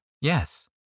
yes